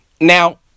Now